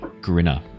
Grinner